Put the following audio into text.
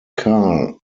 carl